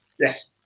Yes